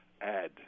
add